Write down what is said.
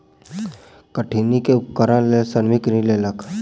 कठिनी के उत्पादनक लेल श्रमिक ऋण लेलक